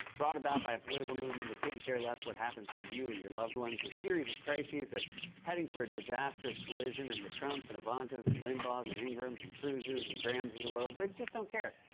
brought about by a political movement that couldn't care less what happens to you or your loved ones. a series of crises are heading for a disastrous collision and the trumps and ivankas and limbaughs and ingrahams and cruzes and grahams of the world, they just don't care.